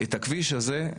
את הכביש הזה,